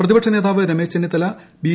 പ്രതിപക്ഷ നേതാവ് രമേശ് ചെന്നിത്തല ബി